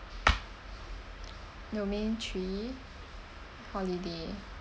domain three holiday